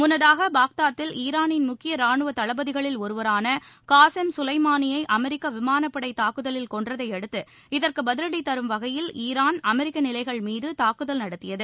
முன்னதாக பாக்தாத்தில் ஈரானின் முக்கிய ராணுவ தளபதிகளில் ஒருவரான காசிம் சுலைமானியை அமெரிக்கா விமானப்படை தாக்குதலில் கொன்றதையடுத்து இதற்கு பதிவடி தரும் வகையில் ஈரான் அமெரிக்க நிலைகள் மீது தாக்குதல் நடத்தியது